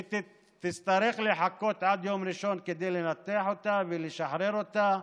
תצטרך לחכות עד יום ראשון כדי שינתחו אותה וישחררו אותה.